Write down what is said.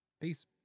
Peace